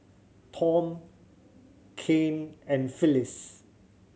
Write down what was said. Tom Caryn and Phylis